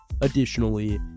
Additionally